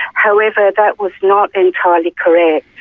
however that was not entirely correct,